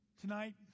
Tonight